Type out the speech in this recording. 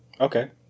Okay